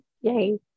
Yay